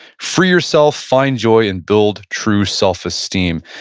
free yourself, find joy, and build true self esteem.